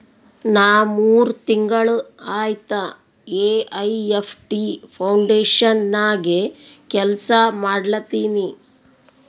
ನಾ ಮೂರ್ ತಿಂಗುಳ ಆಯ್ತ ಎ.ಐ.ಎಫ್.ಟಿ ಫೌಂಡೇಶನ್ ನಾಗೆ ಕೆಲ್ಸಾ ಮಾಡ್ಲತಿನಿ